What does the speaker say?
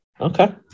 Okay